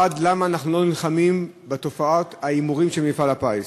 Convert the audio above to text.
1. למה אנחנו לא נלחמים בתופעות ההימורים של מפעל הפיס?